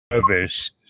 nervous